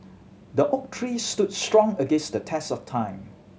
the oak tree stood strong against the test of time